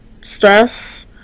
stress